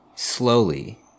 Slowly